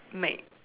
mag~